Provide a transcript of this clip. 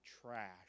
trash